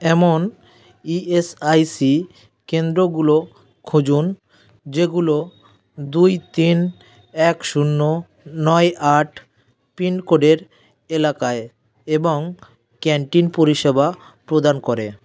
এমন ইএসআইসি কেন্দ্রগুলো খুঁজুন যেগুলো দুই তিন এক শূন্য নয় আট পিনকোডের এলাকায় এবং ক্যান্টিন পরিষেবা প্রদান করে